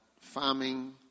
farming